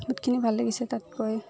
বহুতখিনি ভাল লাগিছে তাত গৈ